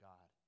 God